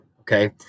Okay